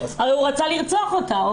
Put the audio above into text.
הרי הוא רצה לרצוח אותה.